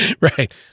Right